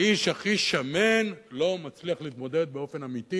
האיש הכי שמן לא מצליח להתמודד באופן אמיתי